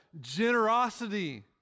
generosity